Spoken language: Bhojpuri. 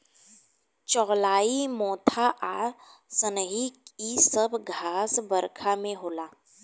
चौलाई मोथा आ सनइ इ सब घास बरखा में होला